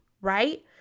right